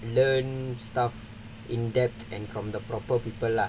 learn stuff in depth and from the proper people lah